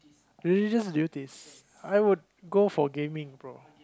really just duties I would go for gaming bro